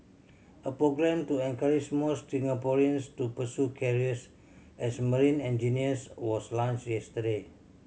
a programme to encourage more Singaporeans to pursue careers as marine engineers was launched yesterday